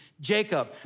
Jacob